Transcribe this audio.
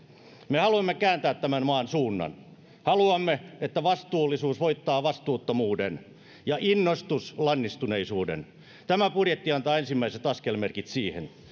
me haluamme kääntää tämän maan suunnan haluamme että vastuullisuus voittaa vastuuttomuuden ja innostus lannistuneisuuden tämä budjetti antaa ensimmäiset askelmerkit siihen